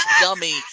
dummy